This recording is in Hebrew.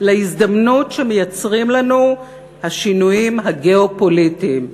להזדמנות שמייצרים לנו השינויים הגיאו-פוליטיים.